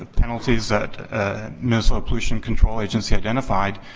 ah penalties that minnesota pollution control agency identified,